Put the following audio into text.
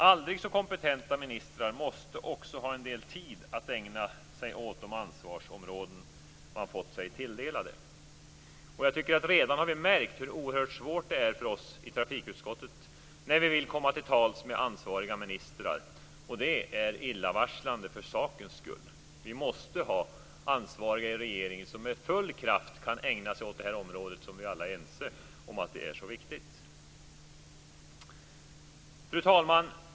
Aldrig så kompetenta ministrar måste också ha en del tid att ägna åt de ansvarsområden de har fått sig tilldelade. Jag tycker att vi redan har märkt hur oerhört svårt det är för oss i trafikutskottet när vi vill komma till tals med ansvariga ministrar. Det är illavarslande för sakens skull. Vi måste ha ansvariga i regeringen som med full kraft kan ägna sig åt det här området som, det är vi alla ense om, är så viktigt. Fru talman!